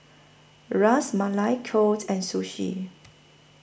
Ras Malai Kheer and Sushi